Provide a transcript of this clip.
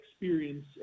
experience